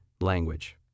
language